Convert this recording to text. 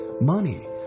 money